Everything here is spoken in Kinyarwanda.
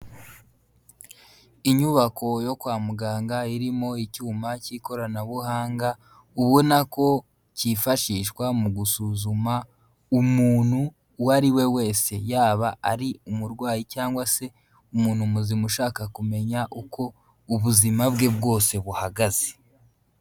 Inyubako yo kwa muganga irimo icyuma cy'ikoranabuhanga, ubona ko cyifashishwa mu gusuzuma umuntu uwo ari we wese, yaba ari umurwayi cyangwa se umuntu muzima ushaka kumenya uko ubuzima bwe bwose buhagaze.